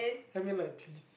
I mean like please